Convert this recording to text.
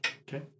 Okay